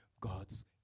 God's